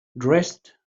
dressed